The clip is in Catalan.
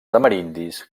amerindis